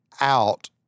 out